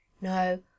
No